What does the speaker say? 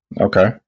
Okay